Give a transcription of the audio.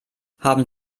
haben